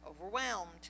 overwhelmed